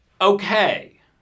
okay